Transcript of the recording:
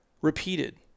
repeated